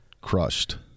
crushed